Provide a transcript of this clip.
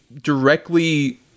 directly